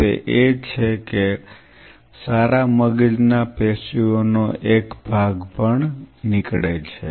તે એ છે કે સારા મગજના પેશીઓનો એક ભાગ પણ નીકળે છે